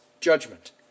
judgment